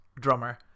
drummer